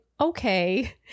okay